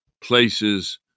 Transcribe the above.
places